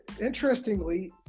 interestingly